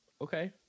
Okay